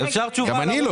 גם אני לא.